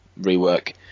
rework